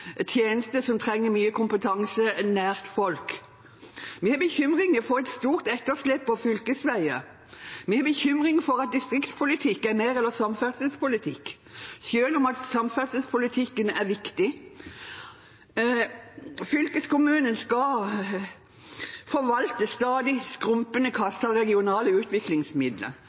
tjenester som trenger mye kompetanse nær folk. Vi har bekymringer for et stort etterslep på fylkesveier, og vi har bekymringer for at distriktspolitikk er mer enn samferdselspolitikk, selv om samferdselspolitikken er viktig. Fylkeskommunen skal forvalte stadig skrumpende kasser og regionale utviklingsmidler.